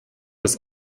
das